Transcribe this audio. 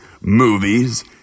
movies